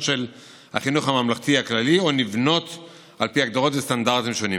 של החינוך הממלכתי הכללי או נבנות על פי הגדרות וסטנדרטים שונים.